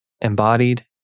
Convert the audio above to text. Embodied